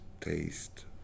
taste